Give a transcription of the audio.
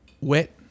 wet